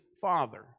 father